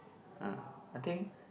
uh I think